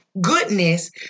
goodness